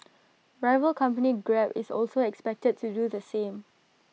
rival company grab is also expected to do the same